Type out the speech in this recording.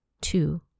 Two